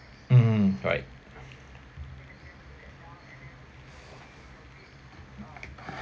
mm right